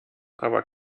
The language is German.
aber